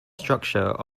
structure